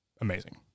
Amazing